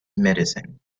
medicine